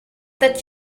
that